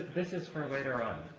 this is for later on.